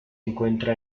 encuentra